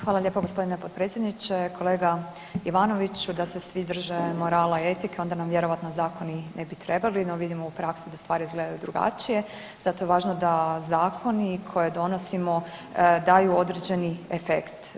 Hvala lijepa gospodine potpredsjedniče, kolega Ivanoviću da se svi drže morala i etike onda nam vjerojatno zakoni ne bi trebali, no vidimo u praksi da stvari izgledaju drugačije, zato je važno da zakoni koje donosimo daju određeni efekt.